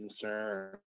concern